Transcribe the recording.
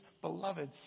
beloved